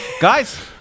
Guys